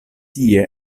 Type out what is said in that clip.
tie